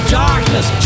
darkness